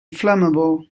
flammable